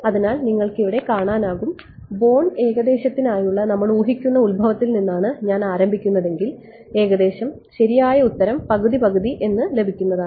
അതിനാൽ നിങ്ങൾക്ക് ഇവിടെ കാണാനാകും ബോൺ ഏകദേശത്തിനായുള്ള നമ്മൾ ഊഹിക്കുന്ന ഉത്ഭവത്തിൽ നിന്നാണ് ഞാൻ ആരംഭിക്കുന്നതെങ്കിൽ ഏകദേശം ശരിയായ ഉത്തരം പകുതി പകുതി എന്നു ലഭിക്കുന്നതാണ്